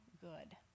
good